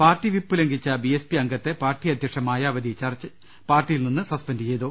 party whip ലംഘിച്ച B S P അംഗത്തെ party അദ്ധ്യക്ഷ മായാവതി പാർട്ടിയിൽ നിന്നു സസ്പെന്റ് ചെയ്തു